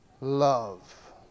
love